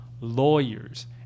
lawyers